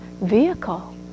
vehicle